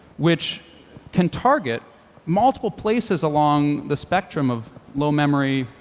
which can target multiple places along the spectrum of low memory,